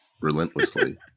relentlessly